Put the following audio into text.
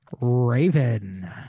Raven